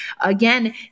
Again